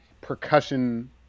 percussion